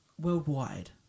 Worldwide